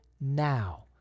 now